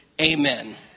Amen